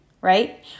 right